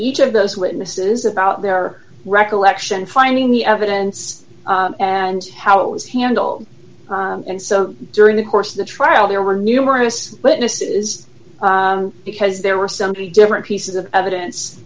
each of those witnesses about their recollection finding the evidence and how it was handled and so during the course of the trial there were numerous witnesses because there were some very different pieces of evidence